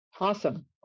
Awesome